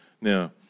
Now